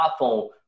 iPhone